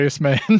man